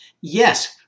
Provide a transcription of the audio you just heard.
yes